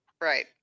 Right